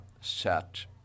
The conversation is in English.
set